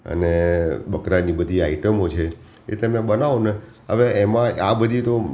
અને બકરાની બધી આઈટમો છે એ તમે બનાવો ને હવે એમાંય આ બધી તો